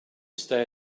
stay